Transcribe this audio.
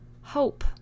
hope